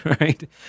right